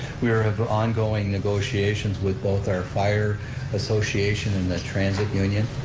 we have ongoing negotiations with both our fire association and the transit union,